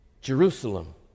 Jerusalem